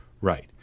Right